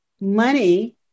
money